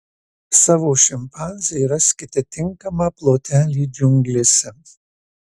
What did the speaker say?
savo šimpanzei raskite tinkamą plotelį džiunglėse